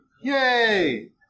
Yay